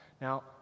Now